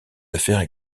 affaires